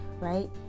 right